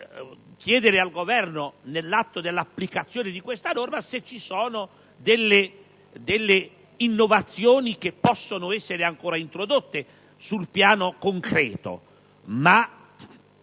chiedere al Governo, nell'atto dell'applicazione di questa norma, se ci sono innovazioni che possono essere ancora introdotte sul piano concreto;